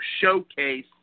showcase